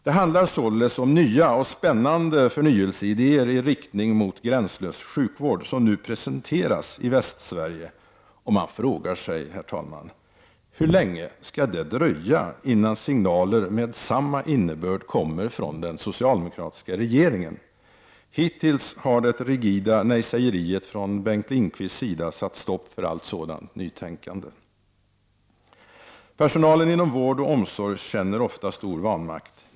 Det handlar således om nya och spännande förnyelseidéer i riktning mot ”gränslös sjukvård” som nu presenteras i Västsverige, och man frågar sig, herr talman: Hur länge skall det dröja innan signaler med samma innebörd kommer från den socialdemokratiska regeringen? Hittills har det rigida nejsägeriet från Bengt Lindqvist satt stopp för allt sådant nytänkande. Personalen inom vård och omsorg känner ofta stor vanmakt.